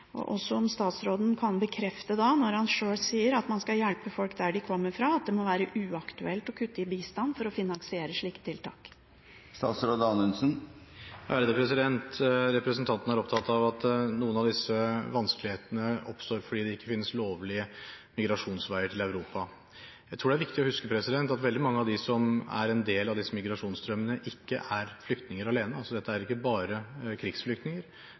vært bra. Kan statsråden bekrefte, når han sjøl sier at man skal hjelpe folk der de kommer fra, at det må være uaktuelt å kutte i bistand for å finansiere slike tiltak? Representanten er opptatt av at noen av disse vanskelighetene oppstår fordi det ikke finnes lovlige migrasjonsveier til Europa. Jeg tror det er viktig å huske på at veldig mange av dem som er en del av disse migrasjonsstrømmene, ikke er flyktninger alene. Dette er ikke bare krigsflyktninger,